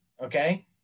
okay